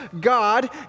God